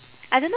I don't know